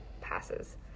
passes